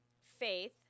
faith